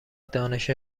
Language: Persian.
دانش